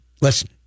listen